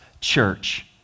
church